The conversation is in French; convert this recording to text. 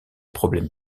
problèmes